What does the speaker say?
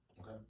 Okay